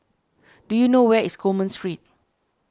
do you know where is Coleman Street